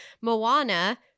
Moana